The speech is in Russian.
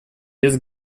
без